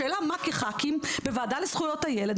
השאלה מה כח"כים בוועדה לזכויות הילד,